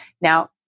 Now